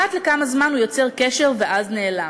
אחת לכמה זמן הוא יוצר קשר ואז נעלם.